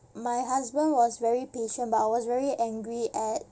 my husband was very patient but I was very angry at